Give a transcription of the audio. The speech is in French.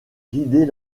guider